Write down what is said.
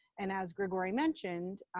and as grigori mentioned,